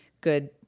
good